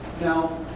Now